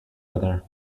other